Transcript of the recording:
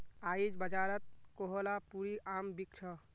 आईज बाजारत कोहलापुरी आम बिक छ